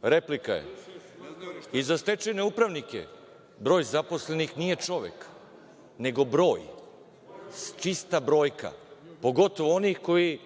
čovek. I za stečajne upravnike, broj zaposlenih nije čovek, nego broj, čista brojka, pogotovo onih koji